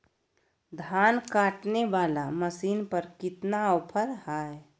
धान काटने वाला मसीन पर कितना ऑफर हाय?